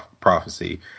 prophecy